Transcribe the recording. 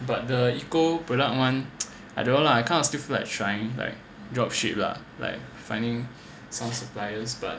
but the eco product [one] I don't know lah I kind of still feel like trying like drop ship lah like finding some suppliers but